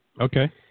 Okay